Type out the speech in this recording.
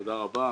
תודה רבה.